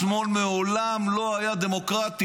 השמאל מעולם לא היה דמוקרטי,